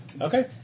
Okay